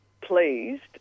pleased